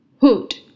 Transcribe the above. hood